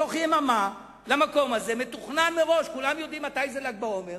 זה מתוכנן, מראש, כולם יודעים מתי ל"ג בעומר,